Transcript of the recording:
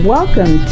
Welcome